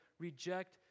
reject